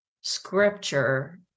scripture